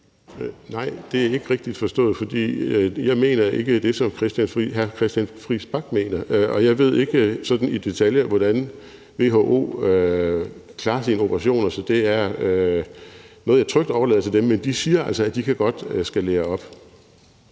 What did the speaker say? Nej, det er ikke rigtigt forstået, for jeg mener ikke det, som hr. Christian Friis Bach mener. Jeg ved ikke sådan i detaljer, hvordan WHO klarer sine operationer, så det er noget, jeg trygt overlader til dem. Men de siger altså, at de godt kan skalere op.